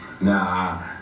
Nah